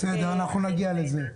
נגיע לזה.